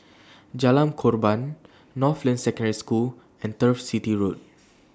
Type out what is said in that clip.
Jalan Korban Northland Secondary School and Turf City Road